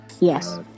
yes